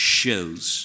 shows